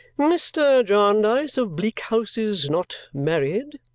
mr. jarndyce of bleak house is not married?